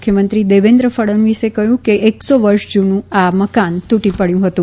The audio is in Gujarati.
મુખ્યમંત્રી દેવેન્દ્ર ફડણવીસે કહ્યું કે એકસો વર્ષ જૂનું આ મકાન તૂટી પડ્યું હતું